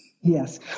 Yes